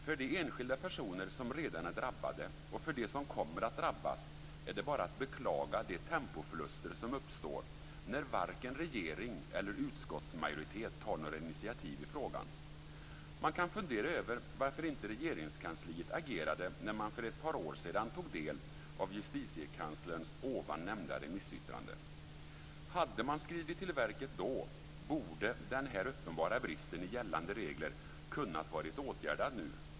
För de enskilda personer som redan är drabbade och för dem som kommer att drabbas är det bara att beklaga de tempoförluster som uppstår när varken regering eller utskottsmajoritet tar några initiativ i frågan. Man kan fundera över varför inte Regeringskansliet agerade när man för ett par år sedan tog del av Justitiekanslerns ovan nämnda remissyttrande. Hade man skridit till verket då borde denna uppenbara brist i gällande regler kunnat vara åtgärdad nu.